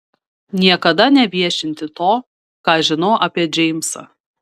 niekada neviešinti to ką žinau apie džeimsą